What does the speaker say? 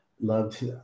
loved